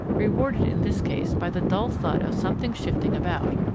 rewarded in this case by the dull thud of something shifting about.